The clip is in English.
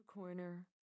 Corner